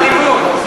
שכר הלימוד.